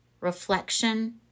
Reflection